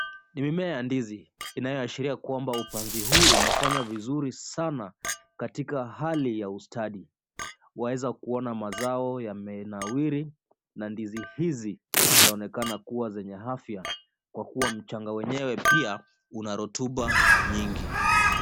Ni mimea ya ndizi, inayoashiria kuwa upanzi huu umefanywa vizuri sana katika hali ya ustadi. waweza kuona mazao yamenawiri na ndizi hizi zaonekana kuwa zenye afya kwa kuwa mchanga wenyewe pia una rotuba nyingi .